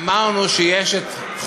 אמרנו שיש את,